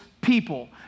people